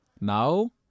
Now